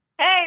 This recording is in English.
Hey